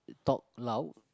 talk loud